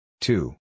Two